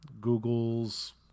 Google's